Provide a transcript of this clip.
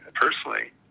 personally